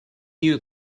york